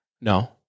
No